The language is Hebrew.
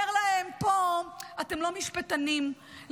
אומר להם: פה אתם לא משפטנים,